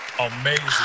Amazing